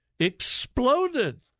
exploded